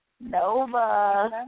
Nova